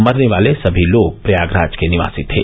मरने वाले सभी लोग प्रयागराज के निवासी थे